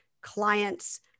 clients